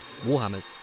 Warhammers